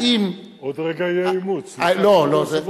האם, עוד רגע יהיה אימוץ, לא לא.